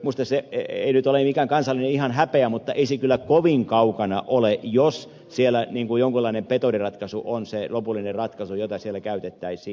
minusta se ei nyt ihan ole mikään kansallinen häpeä mutta ei se kyllä kovin kaukana siitä ole jos siellä jonkunlainen betoniratkaisu on se lopullinen ratkaisu jota siellä käytettäisiin